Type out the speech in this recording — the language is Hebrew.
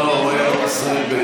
לא, לא, לא, הוא היה בישראל ביתנו.